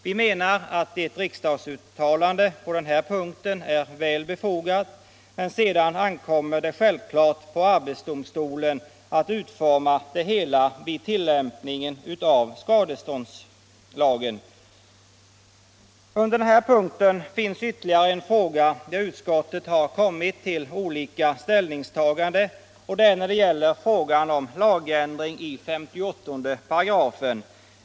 Vi menar att ett riksdagsuttalande på den här punkten är väl befogat, men sedan ankommer det självfallet på arbetsdomstolen att utforma det hela vid tillämpningen av skadeståndsreglerna. Under den här punkten finns ytterligare en fråga där utskottsledamöterna har kommit till olika ställningstaganden. Det gäller ändring av 58 3.